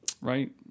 Right